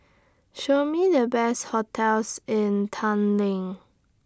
Show Me The Best hotels in Tallinn